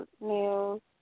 nails